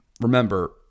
remember